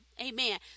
amen